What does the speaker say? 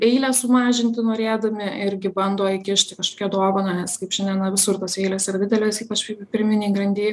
eilę sumažinti norėdami irgi bando įkišti kažkokią dovaną nes kaip žinia na visur tos eilės didelės ypač kai pirminėj grandy